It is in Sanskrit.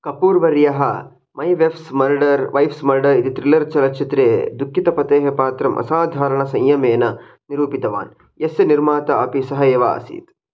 कपूर्वर्यः my wife's murder wife's murder इति त्रिलर् चलच्चित्रे दुःखितपतेः पात्रम् असाधारणसंयमेन निरूपितवान् यस्य निर्माता अपि सः एव आसीत्